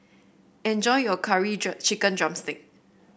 enjoy your Curry Chicken drumstick